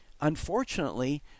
Unfortunately